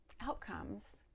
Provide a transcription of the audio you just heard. outcomes